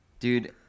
Dude